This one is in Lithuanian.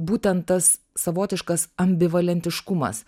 būtent tas savotiškas ambivalentiškumas